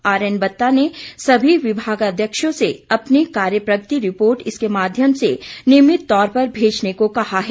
RN Batta ने सभी विभागध्यक्षों से अपनी कार्य प्रगति रिपोर्ट इसके माध्यम से नियमित तौर पर भेजने को कहा है